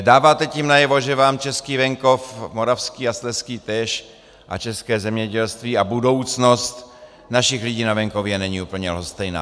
Dáváte tím najevo, že vám český, moravský a slezský venkov a české zemědělství a budoucnost našich lidí na venkově není úplně lhostejná.